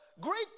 great